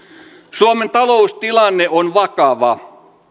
suomen taloustilanne on vakava